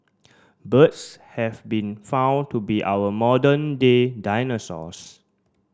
birds have been found to be our modern day dinosaurs